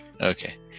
Okay